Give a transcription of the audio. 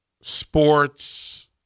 sports